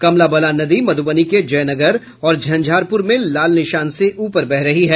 कमला बलान नदी मधुबनी के जयनगर और झंझारपुर में लाल निशान से ऊपर बह रही है